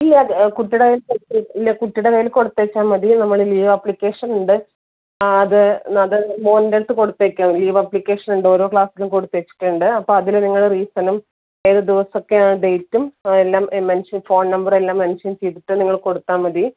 ഇല്ല അത് കുട്ടിയുടെ കൈയിൽ കൊടുത്തുവിട്ടാൽ ഇല്ല കുട്ടിയുടെ കൈയിൽ കൊടുത്തേച്ചാൽ മതി നമ്മൾ ലീവ് ആപ്ലിക്കേഷനുണ്ട് ആ അത് അത് മോന്റെയടുത്ത് കൊടുത്തയയ്ക്കാം ലീവ് ആപ്ലിക്കേഷനുണ്ട് ഓരോ ക്ലാസ്സിലും കൊടുത്തുവെച്ചിട്ടുണ്ട് അപ്പോൾ അതിൽ നിങ്ങൾ റീസണും ഏതുദിവസമൊക്കെയാണ് ഡേറ്റും എല്ലാം മെൻഷൻ ഫോൺ നമ്പറും എല്ലാം മെൻഷൻ ചെയ്തിട്ട് നിങ്ങൾ കൊടുത്താൽ മതി